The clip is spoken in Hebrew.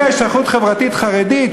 כשמגיעים להשתייכות חברתית חרדית,